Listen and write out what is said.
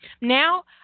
Now